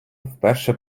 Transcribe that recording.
вперше